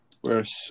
whereas